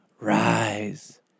rise